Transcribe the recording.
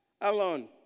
alone